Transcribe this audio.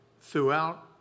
throughout